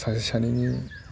सासे सानैनि